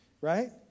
right